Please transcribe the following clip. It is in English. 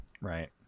Right